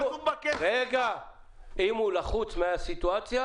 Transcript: אם הוא לחוץ בשל הסיטואציה,